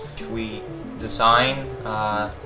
we design ah,